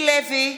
לוי,